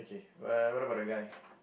okay uh what about the guy